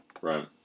Right